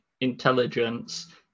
intelligence